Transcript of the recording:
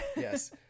Yes